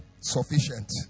sufficient